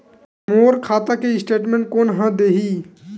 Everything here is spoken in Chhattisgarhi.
मोर खाता के स्टेटमेंट कोन ह देही?